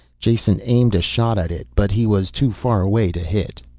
jason aimed a shot at it, but he was too far away to hit.